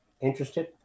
interested